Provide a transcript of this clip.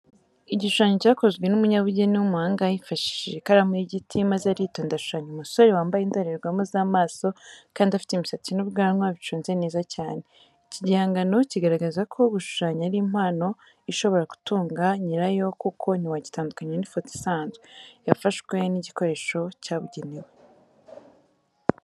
Igishushanyo cyakozwe n'umunyabugeni w'umuhanga yifashishije ikaramu y'igiti maze aritonda ashushanya umusore wambaye indorerwamo z'amaso kandi afite imisatsi n'ubwanwa biconze neza cyane. Iki gihangano kigaragaza ko gushushanya ari impano ishobora gutunga nyirayo kuko ntiwagitandukanya n'ifoto isanzwe yafashwe n'igikoresho cyabugenewe.